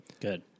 Good